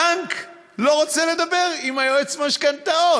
הבנק לא רוצה לדבר עם יועץ המשכנתאות,